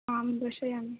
आं दर्शयामि